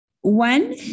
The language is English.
One